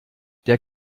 der